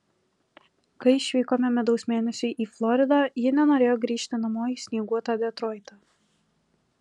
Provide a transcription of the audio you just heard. kai išvykome medaus mėnesiui į floridą ji nenorėjo grįžti namo į snieguotą detroitą